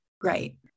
Great